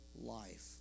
life